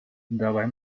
dabei